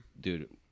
Dude